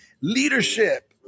leadership